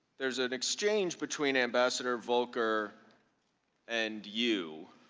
there is an exchange between ambassador volker and you.